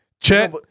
check